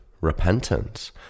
repentance